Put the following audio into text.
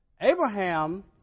Abraham